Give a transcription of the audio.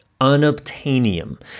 unobtainium